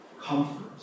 Comfort